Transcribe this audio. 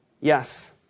Yes